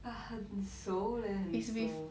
but 很熟 leh 很熟